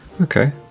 Okay